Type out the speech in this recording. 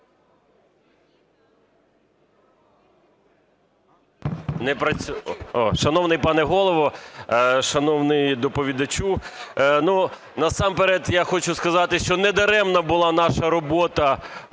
Шановний пане Голово, шановний доповідачу! Насамперед я хочу сказати, що недаремна була наша робота